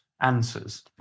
answers